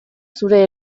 zure